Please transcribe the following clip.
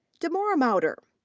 demora mowder.